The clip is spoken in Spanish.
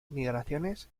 migraciones